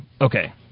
Okay